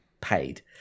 paid